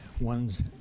one's